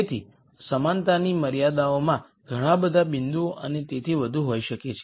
તેથી સમાનતાની મર્યાદાઓમાં ઘણા બધા બિંદુઓ અને તેથી વધુ હોઈ શકે છે